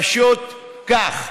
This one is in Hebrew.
פשוט כך.